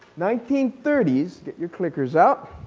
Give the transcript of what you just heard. nineteen thirty s, get your clickers out,